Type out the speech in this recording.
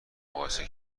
مقایسه